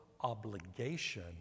obligation